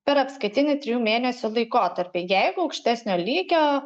per apskaitinį trijų mėnesių laikotarpį jeigu aukštesnio lygio